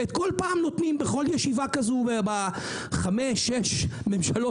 בכל פעם שאנחנו יושבים בישיבות ועדת כלכלה כאלה בחמש-שש השנים האחרונות,